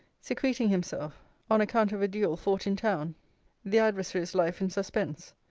secreting himself on account of a duel fought in town the adversary's life in suspense.